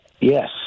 Yes